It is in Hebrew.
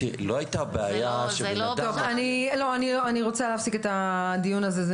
לא הייתה בעיה שבן אדם --- אני רוצה להפסיק את הדיון הזה,